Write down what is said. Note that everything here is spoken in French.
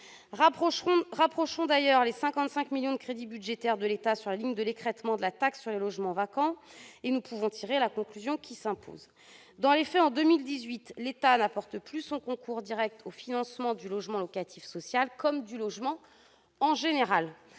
Rapprochons d'ailleurs les 55 millions d'euros de crédits budgétaires de l'État sur la ligne de l'écrêtement de la taxe sur les logements vacants, et nous pouvons tirer la conclusion qui s'impose. Dans les faits, en 2018, l'État n'apporte plus son concours direct au financement du logement locatif social comme du logement en général.